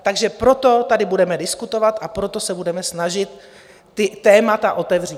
Takže proto tady budeme diskutovat a proto se budeme snažit ta témata otevřít.